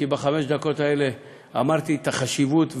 כי בחמש דקות האלה אמרתי את החשיבות,